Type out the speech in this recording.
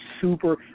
super